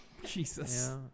Jesus